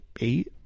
eight